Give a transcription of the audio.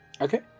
Okay